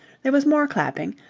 there was more clapping,